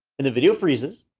and the video freezes,